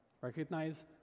recognize